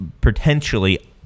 potentially